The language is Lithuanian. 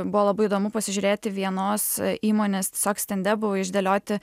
buvo labai įdomu pasižiūrėti vienos įmonės tiesiog stende buvo išdėlioti